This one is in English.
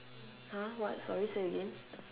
!huh! what sorry say again